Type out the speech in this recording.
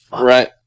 Right